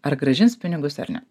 ar grąžins pinigus ar ne